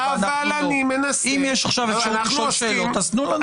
אם יש עכשיו אפשרות לשאול שאלות, אז תנו לנו.